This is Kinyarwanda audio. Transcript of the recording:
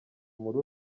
muri